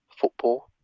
football